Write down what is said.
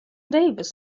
davis